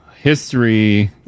History